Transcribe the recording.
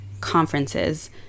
conferences